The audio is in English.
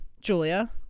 Julia